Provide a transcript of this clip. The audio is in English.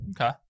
Okay